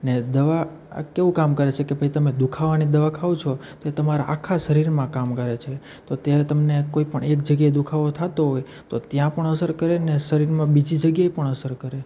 ને દવા આ કેવું કામ કરે છે કે ભાઈ તમે દુખાવાની દવા ખાઓ છો તો એ તમારા આખા શરીરમાં કામ કરે છે તો તે તમને કોઈપણ એક જગ્યાએ દુખાવો થતો હોય તો ત્યાં પણ અસર કરે ને શરીરમાં બીજી જગ્યાએ પણ અસર કરે